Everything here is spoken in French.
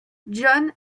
john